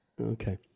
Okay